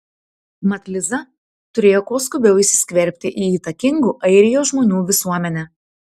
mat liza turėjo kuo skubiau įsiskverbti į įtakingų airijos žmonių visuomenę